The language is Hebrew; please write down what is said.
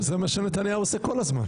אבל זה מה שנתניהו עושה כל הזמן.